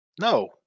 No